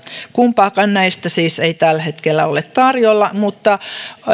kumpaakaan näistä siis ei tällä hetkellä ole tarjolla mutta